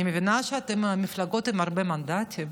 אני מבינה שאתם המפלגות עם הרבה מנדטים.